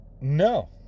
no